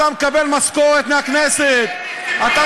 אתה מקבל משכורת מהכנסת, אין לי ציפיות ממך.